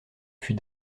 fut